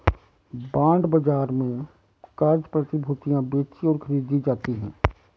bond बाजार में क़र्ज़ प्रतिभूतियां बेचीं और खरीदी जाती हैं